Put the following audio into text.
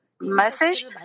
message